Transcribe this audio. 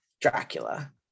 Dracula